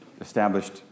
established